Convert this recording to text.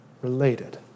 related